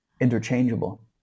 interchangeable